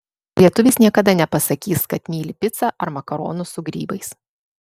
lietuvis niekada nepasakys kad myli picą ar makaronus su grybais